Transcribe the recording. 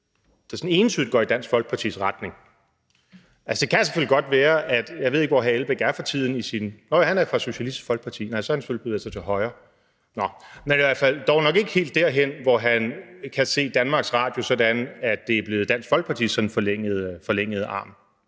der sådan entydigt går i Dansk Folkepartis retning. Altså, nu ved jeg ikke, hvor hr. Uffe Elbæk er for tiden. Nåh ja, han er fra Socialistisk Folkeparti, så har han selvfølgelig bevæget sig til højre – nå! – men i hvert fald dog nok ikke helt derhen, hvor han kan se Danmarks Radio sådan, at det er blevet Dansk Folkepartis sådan forlængede arm